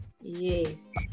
Yes